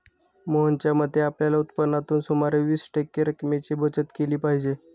मोहनच्या मते, आपल्या उत्पन्नातून सुमारे वीस टक्के रक्कमेची बचत केली पाहिजे